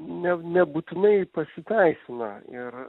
ne nebūtinai pasiteisina ir